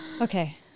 Okay